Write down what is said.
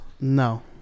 No